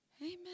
Amen